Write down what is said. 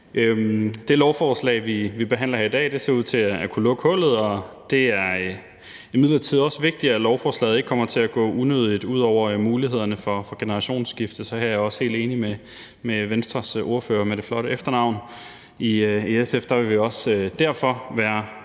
Det lovforslag, vi behandler her, ser ud til at kunne lukke hullet. Det er imidlertid også vigtigt, at lovforslaget ikke kommer til at gå unødigt ud over mulighederne for generationsskifte, så her er jeg også helt enig med Venstres ordfører med det flotte efternavn! I SF vil vi derfor også